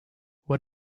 what